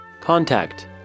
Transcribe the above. Contact